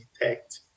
detect